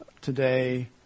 today